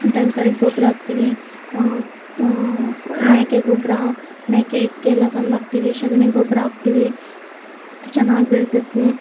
time ಸರಿಯಾಗಿ ಗೊಬ್ಬರ ಹಾಕ್ತಿವಿ ಮೇಕೆ ಗೊಬ್ಬರ ಮೇಕೆ ಹಿಕ್ಕೆ ಎಲ್ಲ ತಂದು ಹಾಕ್ತಿವಿ ಸಗಣಿ ಗೊಬ್ಬರ ಹಾಕ್ತಿವಿ ಚೆನ್ನಾಗ್ ಬೆಳೆತತೆ